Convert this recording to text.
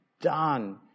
done